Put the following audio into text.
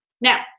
Now